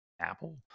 Apple